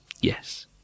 yes